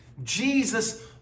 Jesus